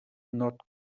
not